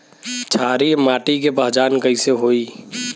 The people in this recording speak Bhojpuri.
क्षारीय माटी के पहचान कैसे होई?